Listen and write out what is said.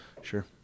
Sure